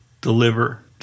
deliver